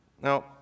Now